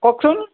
কওকচোন